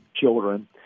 children